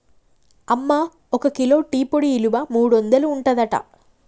అమ్మ ఒక kilo tea పొడి ఇలువ మూడొందలు ఉంటదట